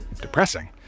depressing